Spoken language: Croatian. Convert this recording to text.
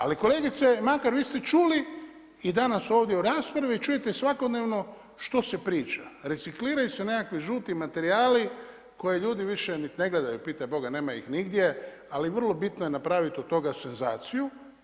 Ali kolegice Makar, vi ste čuli i danas ovdje u raspravi i čujete svakodnevno što se priča, recikliraju se nekakvi žuti materijali koje ljudi više niti ne gledaju, pitaj Boga, nema ih nigdje ali vrlo bitno je napraviti od toga senzaciju.